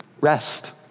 Rest